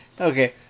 okay